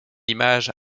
image